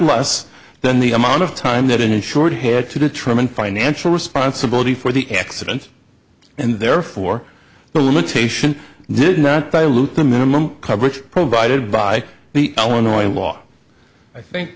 less than the amount of time that in a short hair to determine financial responsibility for the accident and therefore the limitation did not dilute the minimum coverage provided by the illinois law i think